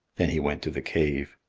then he went to the cave.